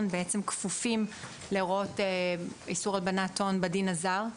כפופים להוראות איסור הלבנת הון בדין הזר.